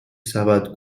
سبد